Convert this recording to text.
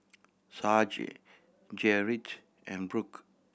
Sage Gerrit and Brooke